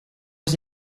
has